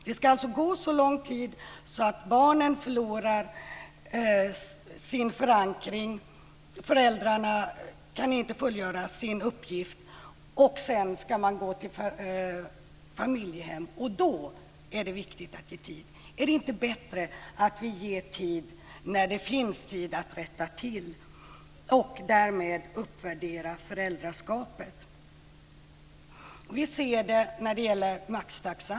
Det ska alltså gå så långt att barnen förlorar sin förankring, att föräldrarna inte kan fullgöra sin uppgift och att man går till familjehem. Då är det viktigt att ge tid. Är det inte bättre att ge tid medan det finns möjlighet att rätta till situationen och därmed uppvärdera föräldraskapet? Vi ser detta också när det gäller maxtaxan.